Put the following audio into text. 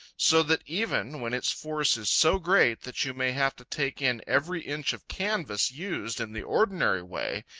so that even when its force is so great that you may have to take in every inch of canvas used in the ordinary way,